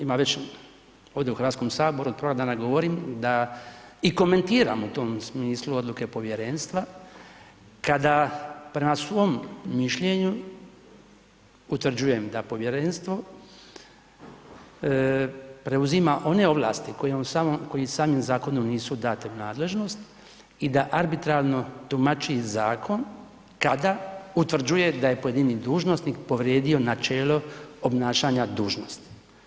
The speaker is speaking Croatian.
Ima već, ovdje u Hrvatskom saboru od prvog dana govorim i komentiram u tom smislu odluke Povjerenstva kada prema svom mišljenju utvrđujem da Povjerenstvo preuzima one ovlasti koje samim zakonom nisu date u nadležnost i da arbitrarno tumači zakon kada utvrđuje da je pojedini dužnosnik povrijedio načelo obnašanja dužnosti.